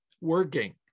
working